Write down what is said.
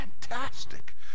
fantastic